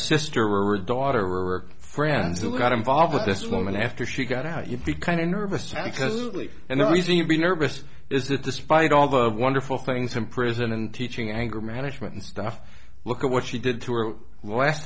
sister or daughter or friends who got involved with this woman after she got out you'd be kind of nervous accessibly and the reason you'd be nervous is that despite all the wonderful things from prison and teaching anger management and stuff look at what she did to her last